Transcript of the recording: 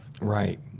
Right